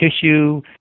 tissue